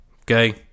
okay